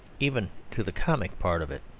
even to the comic part of it.